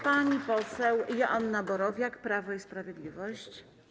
Pani poseł Joanna Borowiak, Prawo i Sprawiedliwość.